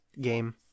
game